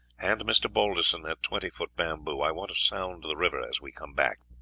hand mr. balderson that twenty foot bamboo i want to sound the river as we come back.